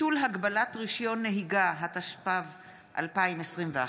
(ביטול הגבלת רישיון נהיגה), התשפ"ב 2021,